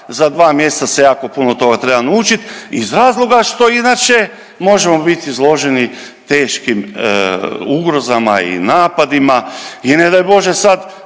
za 2 mjeseca se jako puno toga treba naučiti iz razloga što inače možemo biti izloženi teškim ugrozama i napadima i ne daj Bože sad